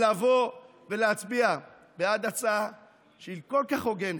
לבוא ולהצביע בעד הצעה שהיא כל כך הוגנת,